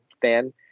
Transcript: fan